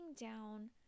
down